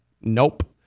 Nope